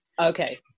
okay